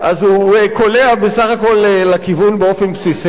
אז הוא קולע בסך הכול לכיוון באופן בסיסי.